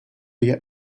yet